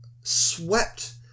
swept